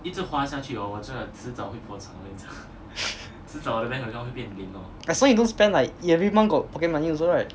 that's why you don't spend like you every month got pocket money also right